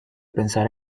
pensar